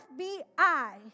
FBI